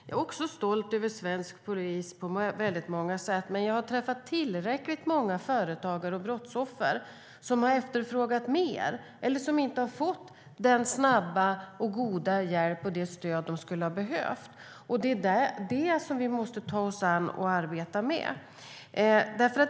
Jag är också stolt över svensk polis på väldigt många sätt, men jag har träffat tillräckligt många företagare och brottsoffer som har efterfrågat mer och inte har fått den snabba och goda hjälp och det stöd som de skulle ha behövt. Det är detta vi måste ta oss an och arbeta med.